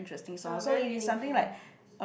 ya very meaningful